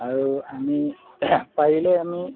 আৰু আমি পাৰিলে আমি